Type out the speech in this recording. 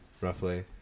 roughly